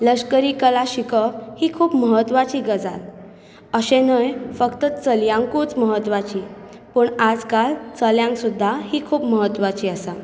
लश्करी कला शिकप ही खूब म्हत्वाची गजाल अशें न्हय फक्त चलयांकूच म्हत्वाची पूण आजकाल चल्यांक सुद्दां ही खूब म्हत्वाची आसा